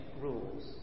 rules